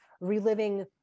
reliving